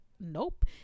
nope